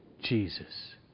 Jesus